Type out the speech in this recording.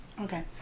Okay